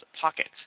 Pocket